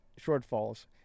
shortfalls